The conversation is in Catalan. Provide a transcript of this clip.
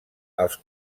els